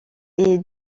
est